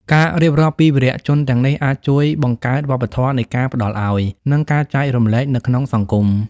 ការរៀបរាប់ពីវីរៈជនទាំងនេះអាចជួយបង្កើតវប្បធម៌នៃការផ្តល់ឲ្យ និងការចែករំលែកនៅក្នុងសង្គម។